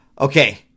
Okay